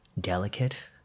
delicate